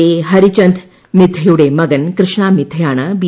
A Harichand മിദ്ധയുടെ മകൻ കൃഷ്ണ മിദ്ധയാണ് ബി